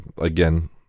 again